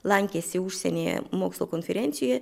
lankėsi užsienyje mokslo konferencijoje